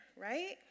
right